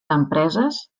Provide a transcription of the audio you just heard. empreses